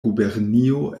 gubernio